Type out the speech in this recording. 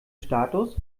status